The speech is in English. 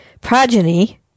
progeny